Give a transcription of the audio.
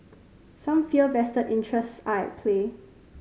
some fear vested interests are at play